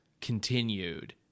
continued